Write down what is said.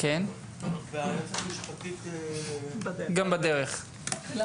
היועצת המשפטית של הרווחה, גם היא בדרך.